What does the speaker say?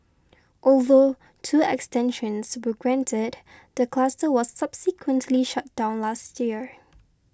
although two extensions were granted the cluster was subsequently shut down last year